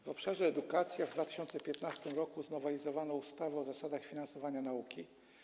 W obszarze: edukacja w 2015 r. znowelizowano ustawę o zasadach finansowania nauki.